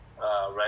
right